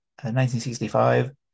1965